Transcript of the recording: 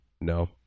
no